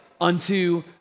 unto